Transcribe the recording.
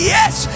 yes